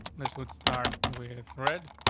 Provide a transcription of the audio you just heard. this would start with red,